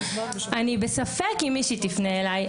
אני בספק אם מישהי תפנה אליי.